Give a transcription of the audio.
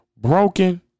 broken